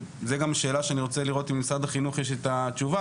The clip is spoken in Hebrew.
זו גם שאלה שאני רוצה לראות אם למשרד החינוך יש את התשובה,